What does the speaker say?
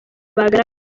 bagaragara